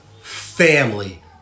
Family